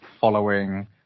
following